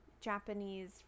Japanese